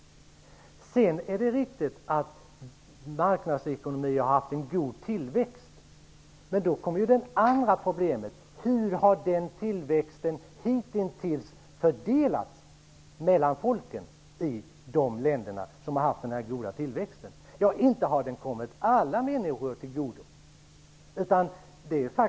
Det är riktigt att marknadsekonomier har haft en god tillväxt, men då kommer ett annat problem in i bilden, nämligen hur den tillväxten hittills har fördelats mellan människorna i de länderna. Inte har den goda tillväxten kommit alla människor till godo.